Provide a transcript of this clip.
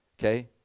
Okay